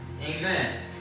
Amen